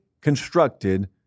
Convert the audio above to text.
constructed